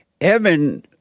Evan